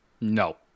No